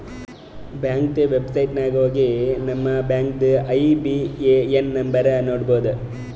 ಬ್ಯಾಂಕ್ದು ವೆಬ್ಸೈಟ್ ನಾಗ್ ಹೋಗಿ ನಮ್ ಬ್ಯಾಂಕ್ದು ಐ.ಬಿ.ಎ.ಎನ್ ನಂಬರ್ ನೋಡ್ಬೋದ್